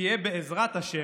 תהיה, בעזרת השם,